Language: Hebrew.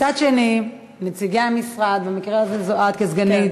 מצד שני, נציגי המשרד, במקרה הזה זו את כסגנית